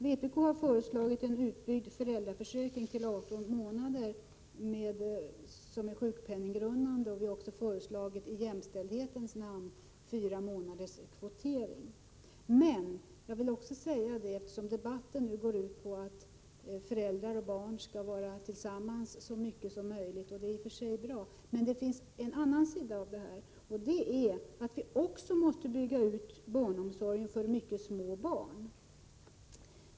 Vpk har föreslagit att föräldraförsäkringen skall byggas ut till 18 månader och vara sjukpenninggrundande. Vi har också i jämställdhetens namn föreslagit fyra månaders kvotering. Men det finns en annan sida av det här — det vill jag också säga, eftersom debatten nu går ut på att föräldrar och barn skall vara tillsammans så mycket som möjligt, och det är i och för sig bra. Men vi måste också bygga ut barnomsorgen för mycket små barn.